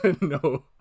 No